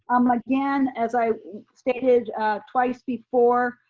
um again, as i stated twice before,